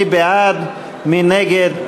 מי בעד, מי נגד?